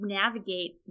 navigate